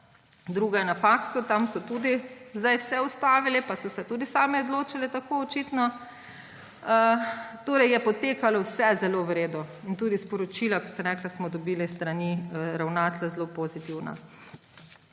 druga je na faksu, tam so tudi vse ustavili, pa so se očitno tudi sami odločili tako – je potekalo vse zelo v redu. In tudi sporočila, kot sem rekla, smo dobili s strani ravnatelja zelo pozitivna.